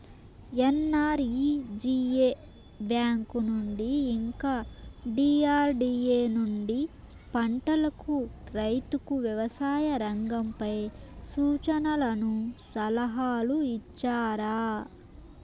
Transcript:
NREGA bank నుండి ఇంకా DRDA నుండి పంటలకు రైతుకు వ్యవసాయ రంగంపై సూచనలను సలహాలు ఇచ్చారా